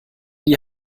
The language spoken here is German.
die